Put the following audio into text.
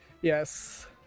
Yes